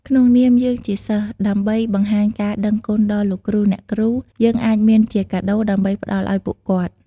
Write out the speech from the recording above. ក្នុងនាមយើងជាសិស្ស ដើម្បីបង្ហាញការដឹងគុណដល់លោកគ្រូ អ្នកគ្រូ យើងអាចមានជាកាដូរដើម្បីផ្តល់ឲ្យពួកគាត់។